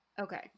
okay